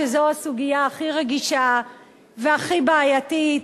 שזו הסוגיה הכי רגישה והכי בעייתית,